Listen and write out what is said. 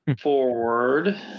forward